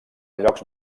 llocs